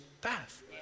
path